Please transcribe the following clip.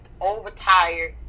overtired